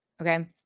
Okay